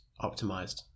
optimized